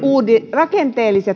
rakenteellisia